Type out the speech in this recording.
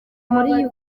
muri